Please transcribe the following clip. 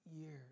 years